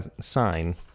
sign